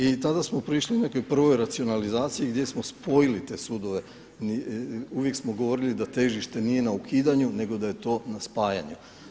I tada smo prišli nekoj prvoj racionalizaciji gdje smo spojili te sudove, uvijek smo govorili da težište nije na ukidanju nego da je to na spajanju.